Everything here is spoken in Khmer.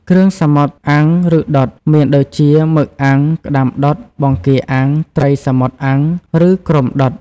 គ្រឿងសមុទ្រអាំង ឬដុត មានដូចជា មឹកអាំង ក្តាមដុត បង្គាអាំង ត្រីសមុទ្រអាំង ឬគ្រុំដុត ។